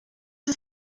ist